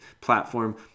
platform